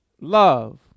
Love